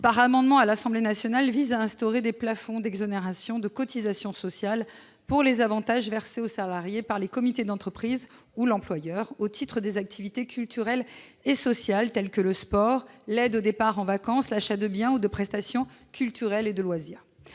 d'amendement à l'Assemblée nationale vise à instaurer des plafonds d'exonération de cotisations sociales pour les avantages versés aux salariés par les comités d'entreprise ou l'employeur au titre des activités culturelles et sociales, telles que le sport, les séjours de vacances, l'achat de biens ou prestations culturels, les loisirs.